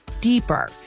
deeper